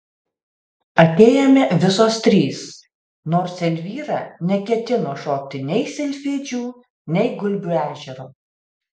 atėjome visos trys nors elvyra neketino šokti nei silfidžių nei gulbių ežero